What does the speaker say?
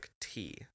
tea